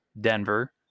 Denver